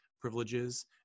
privileges